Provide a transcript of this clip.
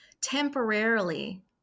temporarily